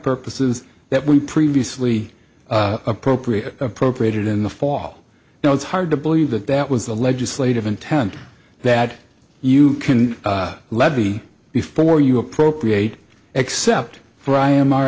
purposes that we previously appropriate appropriated in the fall now it's hard to believe that that was the legislative intent that you can levy before you appropriate except for i am